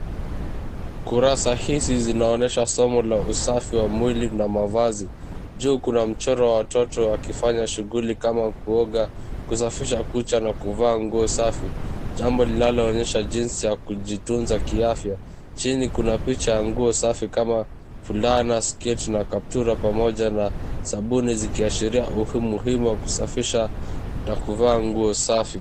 Kurasa hizi zinaonyesha somo la usafi wa mwili na mavazi. Juu kuna mchoro wa watoto wakifanya shughuli kama kuoga, kusafisha kucha na kuvaa nguo safi jambo linaloonyesha jinsi ya kujitunza kiafya. Chini kuna picha ya nguo safi kama fulana, sketi na kaptura pamoja na sabuni zikiashiria umuhimu wa kusafisha na kuvaa nguo safi.